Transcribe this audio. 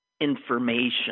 information